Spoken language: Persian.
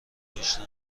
داشتم